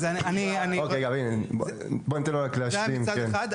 היה מצד אחד.